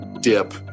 dip